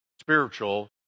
spiritual